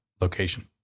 location